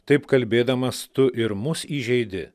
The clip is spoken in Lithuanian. taip kalbėdamas tu ir mus įžeidi